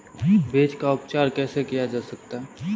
बीज का उपचार कैसे किया जा सकता है?